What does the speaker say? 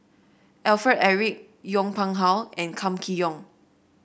Alfred Eric Yong Pung How and Kam Kee Yong